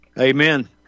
Amen